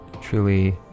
truly